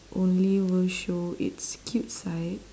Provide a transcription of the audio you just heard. only will show its cute side